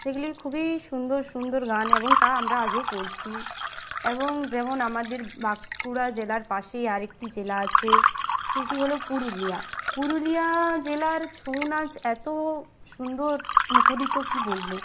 সেগুলি খুবই সুন্দর সুন্দর গান এবং তা আমরা আজও পড়ছি এবং যেমন আমাদের বাঁকুড়া জেলার পাশেই আরেকটি জেলা আছে সেটি হলো পুরুলিয়া পুরুলিয়া জেলার ছৌ নাচ এতো সুন্দর মুখরিত কি বলবো